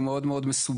הוא מאוד מסובך,